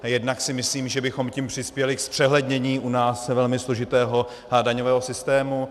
Jednak si myslím, že bychom tím přispěli ke zpřehlednění u nás velmi složitého daňového systému.